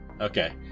Okay